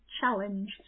challenge